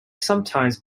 sometimes